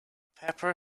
pepper